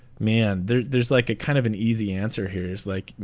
man, there's there's like a kind of an easy answer here is like.